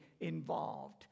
involved